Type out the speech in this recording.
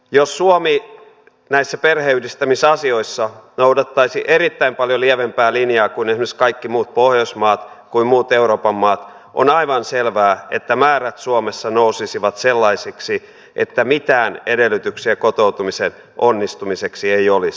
jos suomi näissä perheenyhdistämisasioissa noudattaisi erittäin paljon lievempää linjaa kuin esimerkiksi kaikki muut pohjoismaat kuin muut euroopan maat on aivan selvää että määrät suomessa nousisivat sellaisiksi että mitään edellytyksiä kotoutumisen onnistumiseksi ei olisi